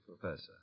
professor